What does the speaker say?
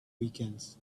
weekends